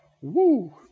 woo